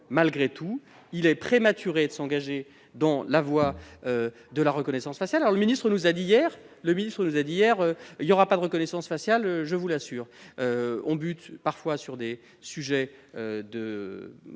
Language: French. Malgré tout, il est prématuré de s'engager dans la voie de la reconnaissance faciale. Le ministre nous a assuré hier qu'il n'y aurait pas de reconnaissance faciale, car nous butons parfois sur des questions